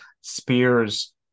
spears